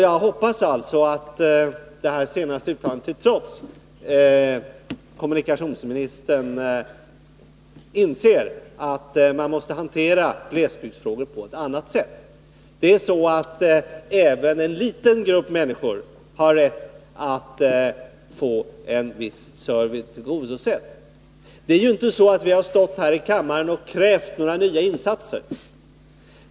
Jag hoppas alltså att kommunikationsministern, hans senaste uttalande till trots, inser att man måste hantera glesbygdsfrågor på ett annat sätt. Även en liten grupp människor har rätt att få ett visst servicebehov tillgodosett. Det är inte så att vi har stått här i kammaren och krävt några nya insatser.